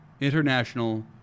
International